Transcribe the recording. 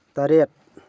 ꯇꯔꯦꯠ